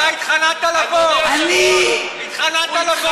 אתה התחננת לבוא.